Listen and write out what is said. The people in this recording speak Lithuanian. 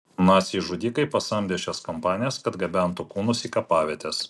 naciai žudikai pasamdė šias kompanijas kad gabentų kūnus į kapavietes